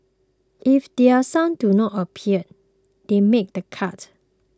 if their sons do not appear they made the cut